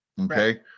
Okay